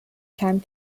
time